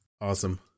awesome